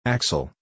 Axel